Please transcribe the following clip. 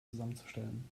zusammenzustellen